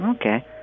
okay